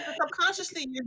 Subconsciously